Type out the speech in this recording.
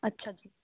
ਅੱਛਾ ਜੀ